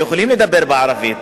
אנחנו יכולים לדבר בערבית.